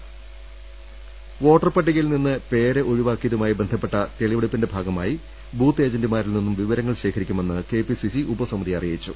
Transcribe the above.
് വോട്ടർ പട്ടികയിൽ നിന്ന് പേരൊഴിവാക്കിയതുമായി ബന്ധപ്പെട്ട തെളി വെടുപ്പിന്റെ ഭാഗമായി ബൂത്ത് ഏജന്റുമാരിൽ നിന്ന് വിവരങ്ങൾ ശേഖരിക്കുമെന്ന്കെ പി സി സി ഉപസമിതി അറിയിച്ചു